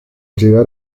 llegar